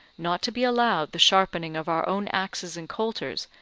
not to be allowed the sharpening of our own axes and coulters,